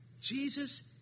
Jesus